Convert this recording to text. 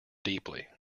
deeply